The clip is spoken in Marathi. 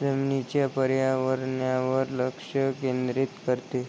जमिनीच्या पर्यावरणावर लक्ष केंद्रित करते